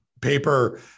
paper